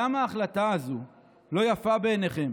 למה ההחלטה הזו לא יפה בעיניכם?